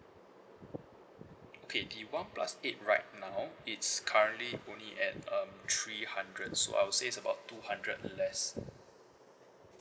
okay the one plus eight right now it's currently only at um three hundred so I will say is about two hundred less